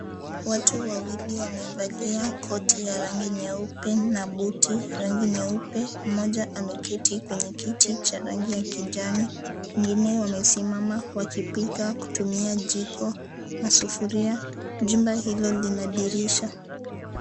Watu wawili wamevalia koti ya rangi nyeupe na buti rangi nyeupe. Mmoja ameketi kwenye kiti cha rangi ya kijani, wengine wamesimama wakipika kutumia jiko na sufuria, jumba hilo lina dirisha.